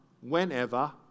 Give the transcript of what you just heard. whenever